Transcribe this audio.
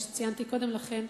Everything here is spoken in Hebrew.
כפי שציינתי קודם לכן,